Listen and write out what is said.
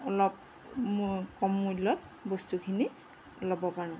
অলপ ম কম মূল্যত বস্তুখিনি ল'ব পাৰোঁ